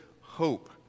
hope